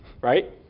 Right